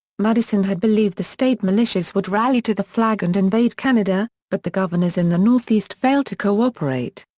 madison had believed the state militias would rally to the flag and invade canada, but the governors in the northeast failed to cooperate.